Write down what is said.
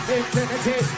infinity